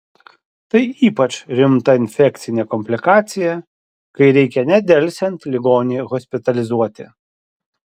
tai ypač rimta infekcinė komplikacija kai reikia nedelsiant ligonį hospitalizuoti